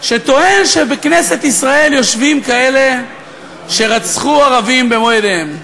שטוען שבכנסת ישראל יושבים כאלה שרצחו ערבים במו-ידיהם.